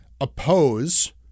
oppose